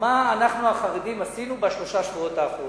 מה אנחנו, החרדים, עשינו בשלושת השבועות האחרונים.